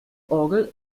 orgel